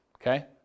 Okay